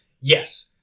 Yes